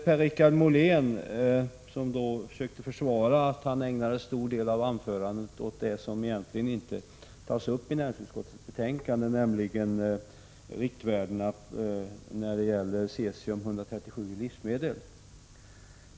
Per-Richard Molén försökte försvara att han ägnade stor del av anförandet åt det som egentligen inte tas upp i näringsutskottets betänkande, nämligen riktvärdena för cesium-137 i livsmedel.